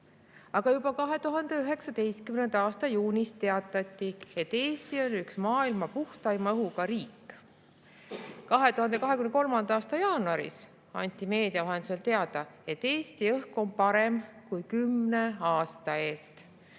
Aga juba 2019. aasta juunis teatati, et Eesti on üks maailma puhtaima õhuga riik. 2023. aasta jaanuaris anti meedia vahendusel teada, et Eesti õhk on parem kui kümne aasta eest.